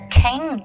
king